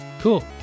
Cool